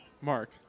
Mark